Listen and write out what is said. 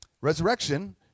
Resurrection